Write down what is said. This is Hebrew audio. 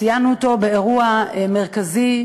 ציינו אותו באירוע מרכזי,